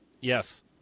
Yes